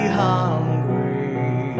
hungry